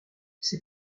ses